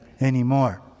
anymore